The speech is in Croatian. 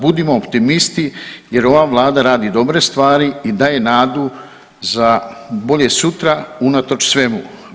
Budimo optimisti jer ova Vlada radi dobre stvari i daje nadu za bolje sutra unatoč svemu.